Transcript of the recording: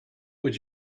would